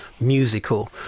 musical